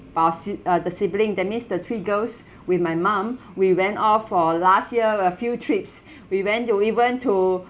our sib~ uh the sibling that means three girls with my mum we went off for last year a few trips we went to even to